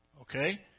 okay